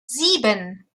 sieben